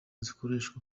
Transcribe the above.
zikoreshwa